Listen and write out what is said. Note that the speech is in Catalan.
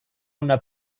una